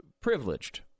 privileged